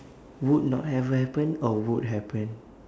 would not have happen or would happen